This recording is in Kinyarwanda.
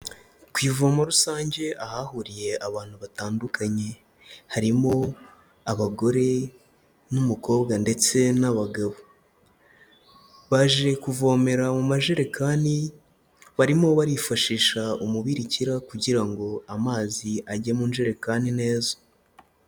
Ku ivomo rusange, ahahuriye abantu batandukanye. Harimo abagore n'umukobwa ndetse n'abagabo. Baje kuvomera mu majerekani, barimo barifashisha umubirikira kugira ngo amazi ajye mu majerekani neza.